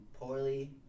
poorly